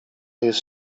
jest